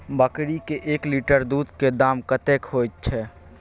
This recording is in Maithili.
बकरी के एक लीटर दूध के दाम कतेक होय छै?